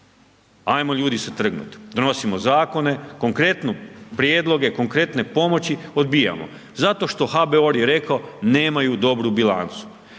Ajmo ljudi se trgnut, donosimo zakone, konkretno prijedloge, konkretne pomoći odbijamo, zato što HBOR je rekao nemaju dobru bilancu.